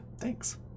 thanks